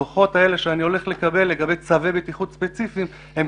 הדוחות האלה שאני הולך לקבל לגבי צווי בטיחות ספציפיים הם